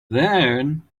then